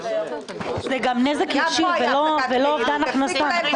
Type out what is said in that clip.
נזק ישיר, זה לא אובדן הכנסה.